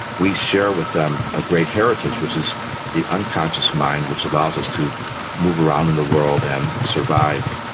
we share with them a great heritage which is the unconscious mind which allows us to move around in the world and survive.